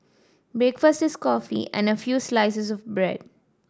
breakfast is coffee and a few slices of bread